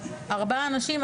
ארבעה אנשים,